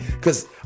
cause